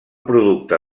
producte